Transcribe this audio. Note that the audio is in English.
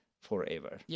forever